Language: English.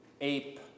ape